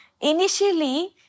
Initially